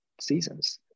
seasons